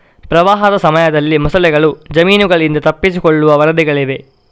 ಪ್ರವಾಹದ ಸಮಯದಲ್ಲಿ ಮೊಸಳೆಗಳು ಜಮೀನುಗಳಿಂದ ತಪ್ಪಿಸಿಕೊಳ್ಳುವ ವರದಿಗಳಿವೆ